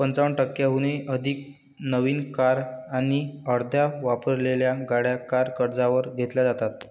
पंचावन्न टक्क्यांहून अधिक नवीन कार आणि अर्ध्या वापरलेल्या गाड्या कार कर्जावर घेतल्या जातात